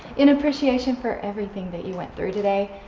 in appreciation for everything that you went through today.